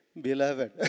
beloved